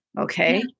okay